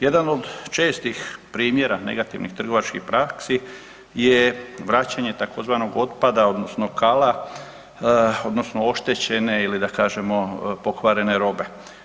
Jedan od čestih primjera negativnih trgovačkih praksi je vraćanje tzv. otpada odnosno kala odnosno oštećene ili da kažemo pokvarene robe.